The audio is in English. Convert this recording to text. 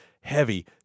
heavy